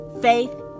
faith